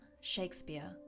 Shakespeare